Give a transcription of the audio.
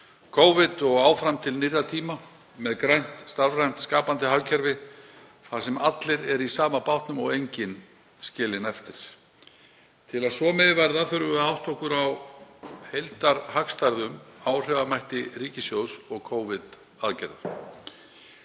Covid og áfram til nýrra tíma með grænt, starfrænt, skapandi hagkerfi þar sem allir eru í sama bátnum og enginn er skilinn eftir. Til að svo megi verða þurfum við að átta okkur á heildarhagstærðum, áhrifamætti ríkissjóðs og Covid-aðgerða.